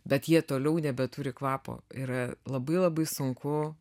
bet jie toliau nebeturi kvapo yra labai labai sunku